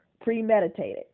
Premeditated